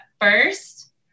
first